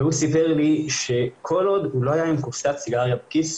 הוא סיפר לי שכל עוד הוא לא היה עם קופסת סיגריות בכיס,